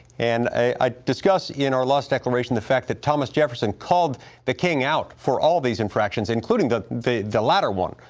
and i discuss in our lost declaration the fact that thomas jefferson called the king out for all these infractions including the the latter one,